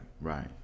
right